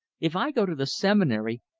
if i go to the seminary,